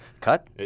cut